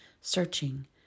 searching